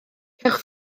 cewch